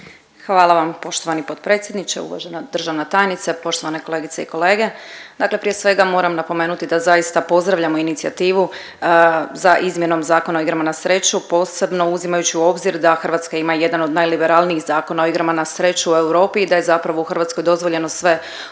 Hvala vam poštovani potpredsjedniče. Uvažena državna tajnice, poštovane kolegice i kolege, dakle prije svega moram napomenuti da zaista pozdravljamo inicijativu za izmjenom Zakona o igrama na sreću posebno uzimajući u obzir da Hrvatska ima jedan od najliberalnijih zakona o igrama na sreću u Europi i da je zapravo u Hrvatskoj dozvoljeno sve od iga… od